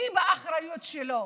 הוא באחריות שלו.